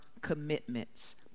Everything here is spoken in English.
commitments